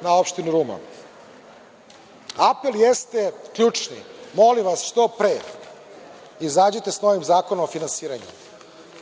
na opštinu Ruma. Apel jeste ključni. Molim vas što pre izađite sa novim zakonom o finansiranju.